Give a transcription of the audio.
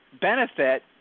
benefit